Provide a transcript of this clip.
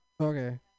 okay